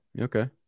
Okay